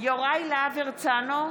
יוראי להב הרצנו,